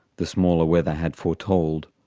the smaller weather had foretold,